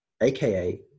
AKA